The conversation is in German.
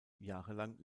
jahrgang